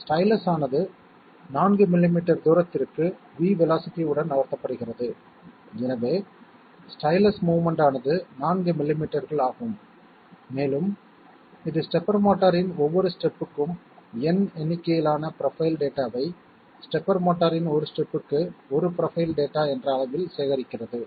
stylus ஆனது 4 millimetre தூரத்திற்கு V velocity உடன் நகர்த்தப்படுகிறது எனவே ஸ்டைலஸ் மோவ்மென்ட் ஆனது 4 மில்லிமீட்டர்கள் ஆகும் மேலும் இது ஸ்டெப்பர் மோட்டரின் ஒவ்வொரு ஸ்டெப்க்கும் N எண்ணிக்கையிலான ப்ரொபைல் டேட்டா வை ஸ்டெப்பர் மோட்டாரின் ஒரு ஸ்டெப்புக்கு 1 ப்ரொபைல் டேட்டா என்ற அளவில் சேகரிக்கிறது